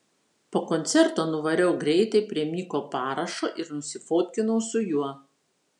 po koncerto nuvariau greitai prie miko parašo ir nusifotkinau su juo